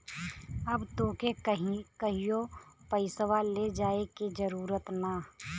अब तोके कहींओ पइसवा ले जाए की जरूरत ना